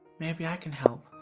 maybe i can help.